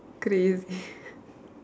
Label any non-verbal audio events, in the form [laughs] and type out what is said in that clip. crazy [laughs]